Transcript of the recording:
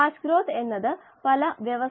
ദയവായി ഇത് ചെയ്യൂ